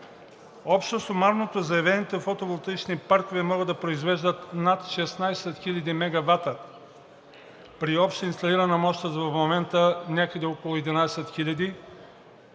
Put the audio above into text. Общо сумарно заявените фотоволтаични паркове могат да произвеждат над 16 хиляди мегавата при обща инсталирана мощност в момента някъде около 11 хиляди